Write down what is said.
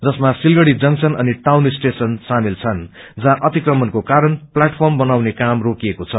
जसमा सिलगढ़ी जंक्शन अनि town station सामेल छन् जहाँ अतिक्रमणको बारण प्लेटफार्म बनाउने काम रोकिएको छ